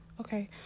Okay